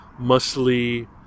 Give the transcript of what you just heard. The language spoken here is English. muscly